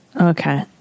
Okay